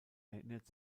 erinnert